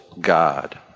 God